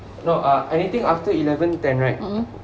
no ah anything after eleven ten right